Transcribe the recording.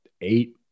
eight